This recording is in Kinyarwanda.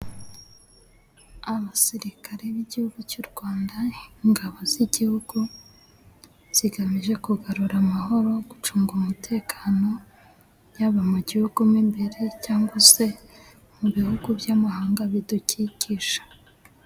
Abasirikare b'igihugu cy'u Rwanda ni ingabo z'igihugu. Zigamije kugarura amahoro, gucunga umutekano, yaba mu gihugu imbere cyangwag se mu bihugu by'amahanga bidukikije.